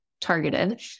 targeted